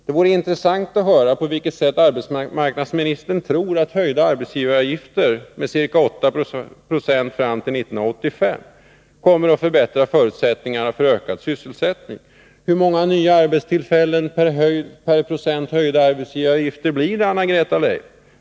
Det vore intressant att få höra på vilket sätt arbetsmarknadsministern tror att höjda arbetsgivaravgifter med ca 8 96 fram till 1985 kommer att förbättra förutsättningarna för ökad sysselsättning. Hur många nya arbetstillfällen per procent höjda arbetsgivaravgifter blir det, Anna-Greta Leijon?